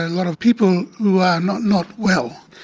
a lot of people who are not not well.